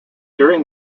during